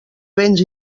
béns